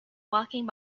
walking